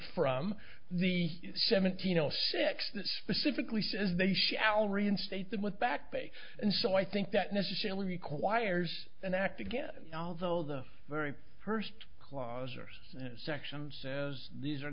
from the seventeen zero six that specifically says they shall reinstate them with back pay and so i think that necessarily requires an act again although the very first clause or section says these are